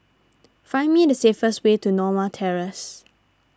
find me the see fast way to Norma Terrace